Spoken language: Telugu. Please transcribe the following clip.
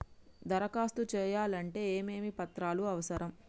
దరఖాస్తు చేయాలంటే ఏమేమి పత్రాలు అవసరం?